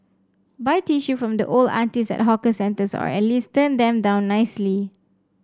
buy tissue from the old aunties at hawker centres or at least turn them down nicely